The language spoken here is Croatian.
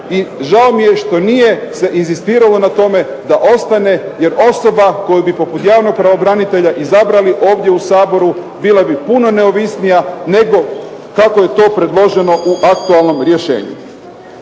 žao mi je što nije se inzistiralo na tome da ostane jer osoba koju bi poput javnog pravobranitelja izabrali ovdje u Saboru bila bi puno neovisnija nego kako je to predloženo u aktualnom rješenju.